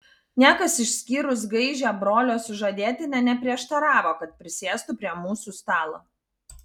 niekas išskyrus gaižią brolio sužadėtinę neprieštaravo kad prisėstų prie mūsų stalo